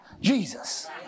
Jesus